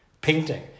painting